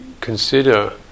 consider